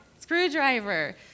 Screwdriver